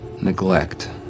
neglect